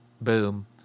boom